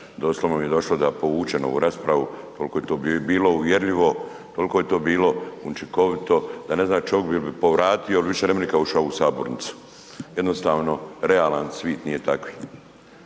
doslovno mi je došlo da povučem ovu raspravu koliko je to bilo uvjerljivo, koliko je to bilo učinkovito, da ne zna čovjek bi li povratio ili više nikad ne bi ušao u ovu sabornicu. Jednostavno, realan svijet nije takav.